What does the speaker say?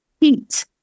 heat